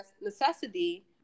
necessity